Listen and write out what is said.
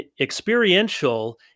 experiential